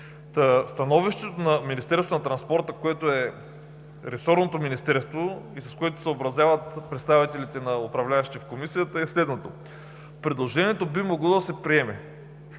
и съобщенията, което е ресорното министерство, и с което се съобразяват представителите на управляващите в Комисията, е следното: „Предложението би могло да се приеме.“